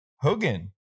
Hogan